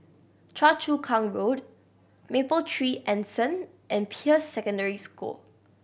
Choa Chu Kang Road Mapletree Anson and Peirce Secondary School